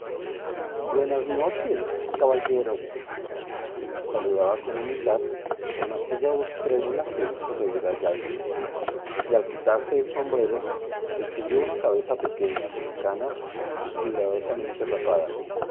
buenas noches caballero saludaba con humildad con aquella voz trémula que hizo reír a yáñez y al quitarse el sombrero descubrió una cabeza pequeña cana y cuidadosamente rapada